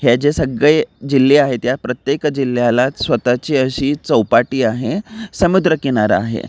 हे जे सगळे जिल्हे आहेत या प्रत्येक जिल्ह्यालाच स्वतःची अशी चौपाटी आहे समुद्रकिनारा आहे